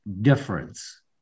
difference